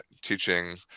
teaching